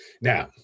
Now